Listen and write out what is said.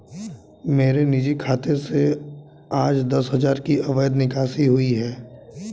मेरे निजी खाते से आज दस हजार की अवैध निकासी हुई है